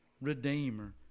redeemer